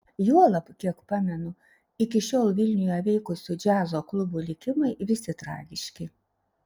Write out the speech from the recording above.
juolab kiek pamenu iki šiol vilniuje veikusių džiazo klubų likimai visi tragiški